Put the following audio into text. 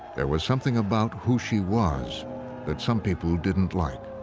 there was something about who she was that some people didn't like.